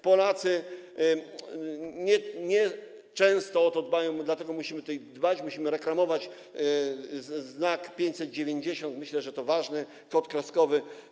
Polacy nieczęsto o to dbają, dlatego musimy o to dbać, musimy reklamować znak, kod 590 - myślę, że to ważny kod kreskowy.